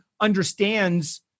understands